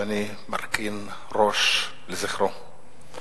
ואני מרכין ראש לזכרו.